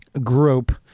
group